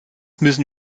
müssen